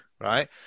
right